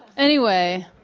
anyway,